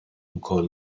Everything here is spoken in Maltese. ukoll